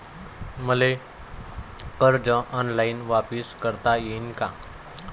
मले कर्ज ऑनलाईन वापिस करता येईन का?